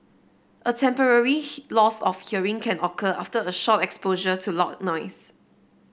a temporary loss of hearing can occur after a short exposure to loud noise